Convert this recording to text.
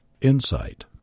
Insight